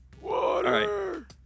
Water